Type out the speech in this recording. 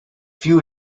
few